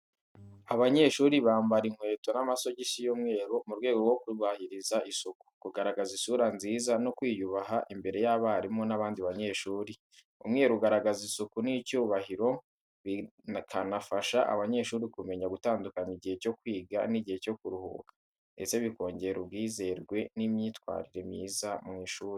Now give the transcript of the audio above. Abanyeshuri bambara inkweto n’amasogisi y'umweru mu rwego rwo kubahiriza isuku, kugaragaza isura nziza no kwiyubaha imbere y’abarimu n’abandi banyeshuri. Umweru ugaragaza isuku n’icyubahiro, bikanafasha abanyeshuri kumenya gutandukanya igihe cyo kwiga n’igihe cyo kuruhuka, ndetse bikongera ubwizerwe n’imyitwarire myiza mu ishuri.